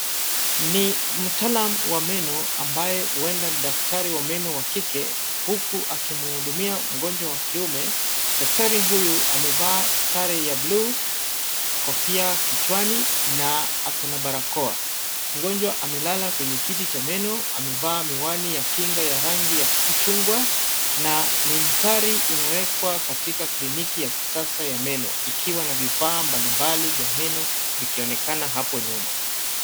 Ni mtaalam wa meno ambaye huenda ni daktari wa meno wa kike huku akimhudumia mgonjwa wa kiume. Daktari huyu amevaa sare ya bluu, kofia kichwani na ako na barakoa. Mgonjwa amelala kwenye kiti cha meno amevaa miwani ya kinga ya rangi ya chungwa na mandhari imewekwa katika kliniki ya kisasa ya meno ikiwa na vifaa mbalimbali vya meno vikionekana hapo nyuma.